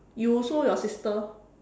you sue your sister